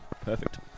perfect